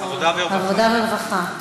עבודה ורווחה.